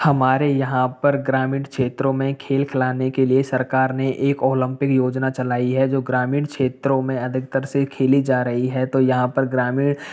हमारे यहाँ पर ग्रामीण क्षेत्रों में खेल खिलाने के लिए सरकर ने एक ओलम्पिक योजना चलाई है जो ग्रामीण क्षेत्रों में अधिकतर से खेली जा रही है तो यहाँ पर ग्रामीण